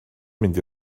mynd